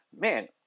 man